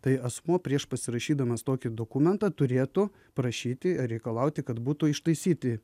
tai asmuo prieš pasirašydamas tokį dokumentą turėtų prašyti ar reikalauti kad būtų ištaisyti